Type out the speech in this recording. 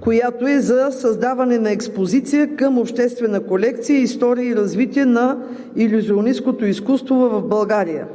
която е за създаване на експозиция към обществена колекция, история и развитие на илюзионисткото изкуство в България.